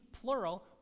plural